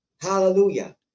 Hallelujah